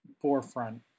forefront